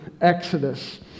Exodus